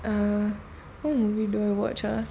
err what movie do I watch ah